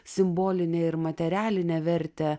simbolinę ir materialinę vertę